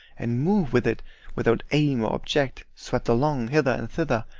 and move with it without aim or object, swept along, hither and thither,